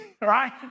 right